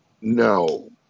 No